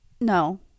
No